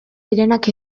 direnak